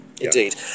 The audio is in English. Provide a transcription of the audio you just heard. Indeed